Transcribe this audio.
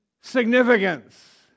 significance